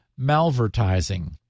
malvertising